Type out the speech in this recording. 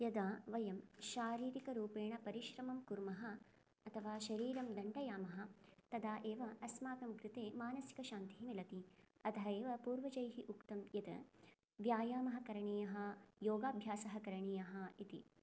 यदा वयं शारिरिकरूपेण परिश्रमं कुर्मः अथवा शरीरं दण्डयामः तदा एव अस्माकं कृते मानसिकशान्तिः मिलति अतः एव पूर्वजैः उक्तं यत् व्यायामः करणीयः योगाभ्यासः करणीयः इति